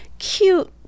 cute